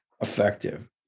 effective